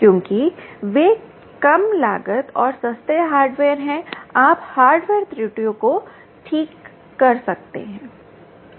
क्योंकि वे कम लागत और सस्ते हार्डवेयर हैं आप हार्डवेयर त्रुटियों को ठीक कर सकते हैं